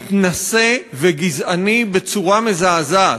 מתנשא וגזעני, בצורה מזעזעת,